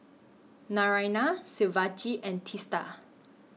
Naraina Shivaji and Teesta